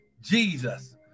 Jesus